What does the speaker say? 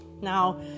Now